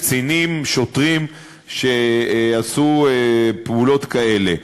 קצינים, שוטרים שעשו פעולות כאלה.